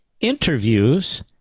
interviews